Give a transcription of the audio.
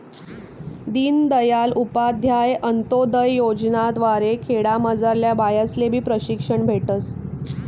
दीनदयाल उपाध्याय अंतोदय योजना द्वारे खेडामझारल्या बायास्लेबी प्रशिक्षण भेटस